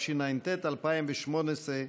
התשע"ט 2018,